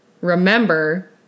Remember